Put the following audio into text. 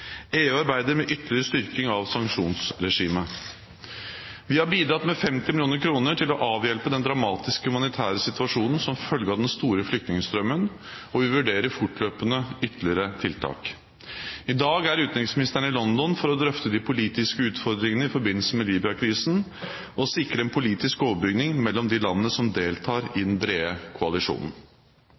EU arbeider med ytterligere styrking av sanksjonsregimet. Vi har bidratt med 50 mill. kr til å avhjelpe den dramatiske humanitære situasjonen som følge av den store flyktningstrømmen, og vi vurderer fortløpende ytterligere tiltak. I dag er utenriksministeren i London for å drøfte de politiske utfordringene i forbindelse med Libya-krisen og sikre en politisk overbygning mellom de landene som deltar i den brede koalisjonen.